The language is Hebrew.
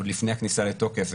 עוד לפני הכניסה לתוקף,